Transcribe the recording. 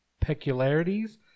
peculiarities